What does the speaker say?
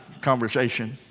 conversation